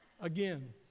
Again